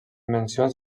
mencions